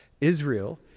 Israel